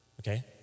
Okay